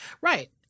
Right